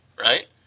right